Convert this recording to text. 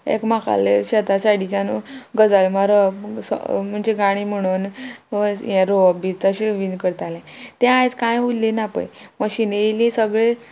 एकमेकालें शेता सायडीच्यान गजाल मारप म्हणजे गाणी म्हणून हें रोंवप बी तशें बीन करताले तें आयज कांय उरलें ना पळय मशिनां येयलीं सगळे